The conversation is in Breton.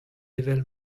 evel